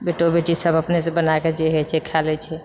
बेटो बेटी सब अपनेसँ बनाए कऽ जे हइ छै खाए लए छै